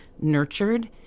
nurtured